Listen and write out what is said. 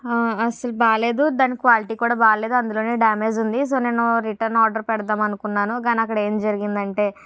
అస్సలు బాగోలేదు దాని క్వాలిటీ కూడా బాగోలేదు అందులోనే డ్యామేజ్ ఉంది సో నేను రిటర్న్ ఆర్డర్ పెడదామని అనుకున్నాను కానీ అక్కడ ఏం జరిగింది అంటే